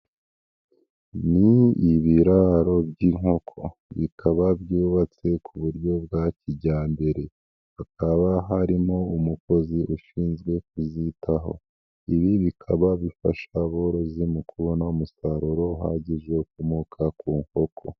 Ni ibiraro by'inkoko bikaba byubatse ku buryo bwa kijyambere, hakaba harimo umukozi ushinzwe kuzitaho, ibi bikaba bifasha aborozi mu kubona umusaruro uhagije ukomoka ku nkoko.